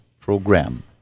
Program